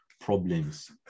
problems